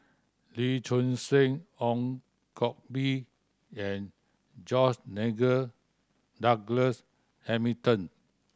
Lee Choon Seng Ong Koh Bee and George Nigel Douglas Hamilton